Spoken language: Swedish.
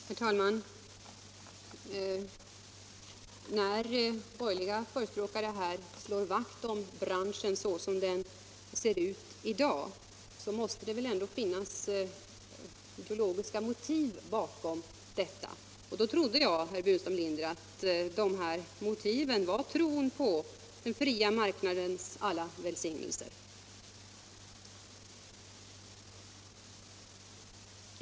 Herr talman! När borgerliga talare här slår vakt om läromedelsbranschen sådan den ser ut i dag måste det väl ändå finnas ideologiska motiv bakom detta. Och då trodde jag, herr Burenstam Linder, att motivet var tron på den fria marknadens alla välsignelser.